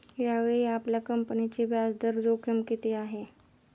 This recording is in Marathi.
यावेळी आपल्या कंपनीची व्याजदर जोखीम किती आहे?